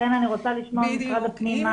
לכן אני רוצה לשמוע ממשרד הפנים.